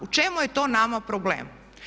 U čemu je to nama problem?